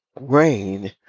Rain